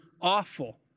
awful